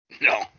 no